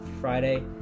Friday